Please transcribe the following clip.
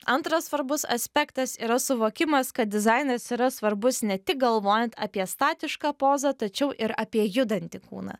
antras svarbus aspektas yra suvokimas kad dizainas yra svarbus ne tik galvojant apie statišką pozą tačiau ir apie judantį kūną